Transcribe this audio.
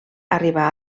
arribà